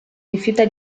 rifiuta